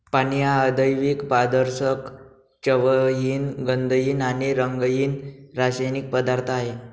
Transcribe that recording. पाणी हा अजैविक, पारदर्शक, चवहीन, गंधहीन आणि रंगहीन रासायनिक पदार्थ आहे